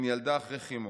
עם ילדה אחרי כימו.